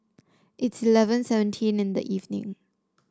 it's eleven seventeen in the evening